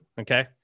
Okay